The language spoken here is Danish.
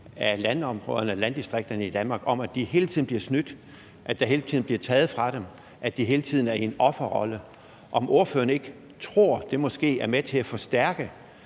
af landområderne og landdistrikterne i Danmark, af, at de hele tiden bliver snydt, at der hele tiden bliver taget noget fra dem, og at de hele tiden er i en offerrolle, og om ordføreren ikke tror, at det måske er med til at forstærke